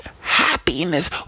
happiness